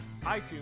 iTunes